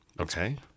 Okay